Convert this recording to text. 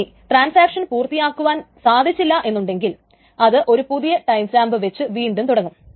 ഇനി ട്രാൻസാക്ഷൻ പൂർത്തിയാക്കുവാൻ സാധിച്ചില്ല എന്നുണ്ടെങ്കിൽ അത് ഒരു പുതിയ ടൈംസ്റ്റാമ്പ് വച്ച് വീണ്ടും തുടങ്ങും